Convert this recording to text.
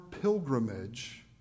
pilgrimage